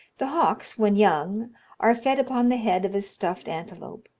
the hawks when young are fed upon the head of a stuffed antelope,